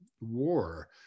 war